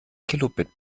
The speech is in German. kilobit